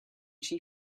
she